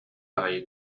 аайы